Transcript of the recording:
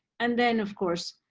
and then of course,